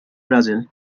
brazil